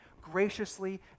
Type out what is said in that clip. graciously